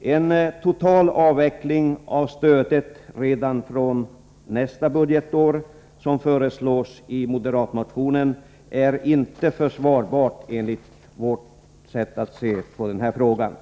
En total avveckling av stödet redan från nästa budgetår, som föreslås i moderatmotionen, är inte försvarbar enligt vårt sätt att se på den här frågan.